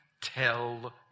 tell